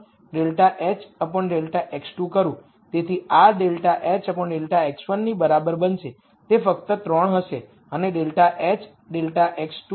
તેથી આ ∂h∂x1 ની બરાબર બનશે તે ફક્ત 3 હશે અને ∂h ∂x2 ફક્ત 2 હશે તેથી આપણી પાસે આ છે